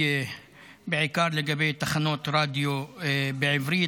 בעיקר לגבי תחנות רדיו בעברית,